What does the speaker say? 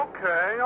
Okay